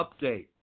update